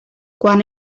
quan